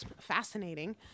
fascinating